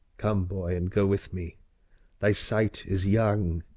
come, boy, and go with me thy sight is young,